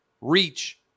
reach